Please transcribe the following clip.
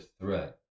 threat